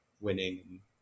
winning